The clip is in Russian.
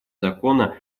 закона